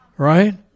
Right